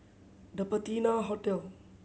The Patina Hotel